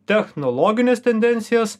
technologines tendencijas